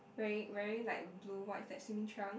wearing wearing like blue white is like swimming trunks